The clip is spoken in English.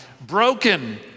broken